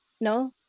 No